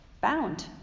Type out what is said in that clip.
bound